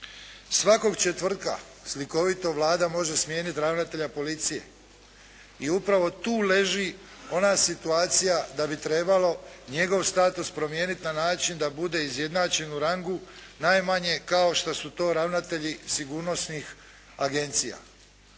Svakog četvrtka slikovito Vlada može smijeniti ravnatelja policije. I upravo tu leži ona situacija da bi trebalo njegov status promijeniti na način da bude izjednačen u rangu najmanje kao što su to ravnatelji sigurnosnih agencija.